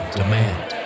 demand